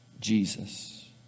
Jesus